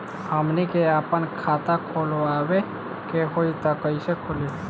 हमनी के आापन खाता खोलवावे के होइ त कइसे खुली